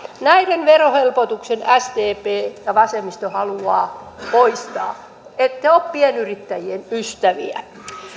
näiden verohelpotukset sdp ja vasemmisto haluavat poistaa ette ole pienyrittäjien ystäviä